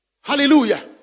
hallelujah